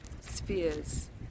spheres